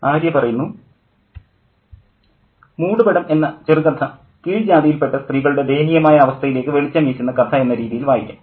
ആര്യ മൂടുപടം എന്ന ചെറുകഥ കീഴ് ജാതിയിൽ പെട്ട സ്ത്രീകളുടെ ദയനീയമായ അവസ്ഥയിലേക്ക് വെളിച്ചം വീശുന്ന കഥ എന്ന രീതിയിൽ വായിക്കാം